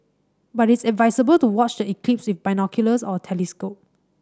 but it's advisable to watch the eclipse with binoculars or a telescope